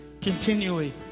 continually